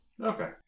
okay